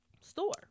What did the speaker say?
store